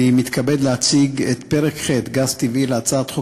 אני מתכבד להציג בפניכם את פרק ח': גז טבעי בהצעת חוק